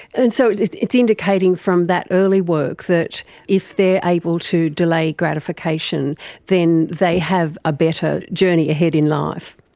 and so it's it's indicating from that early work that if they are able to delay gratification then they have a better journey ahead in life?